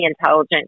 intelligent